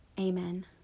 amen